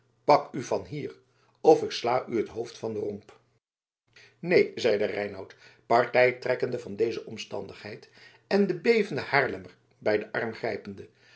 pak u van hier of ik sla u t hoofd van den romp neen zeide reinout partij trekkende van deze omstandigheid en den bevenden haarlemmer bij den arm grijpende